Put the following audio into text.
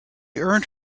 earned